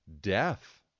death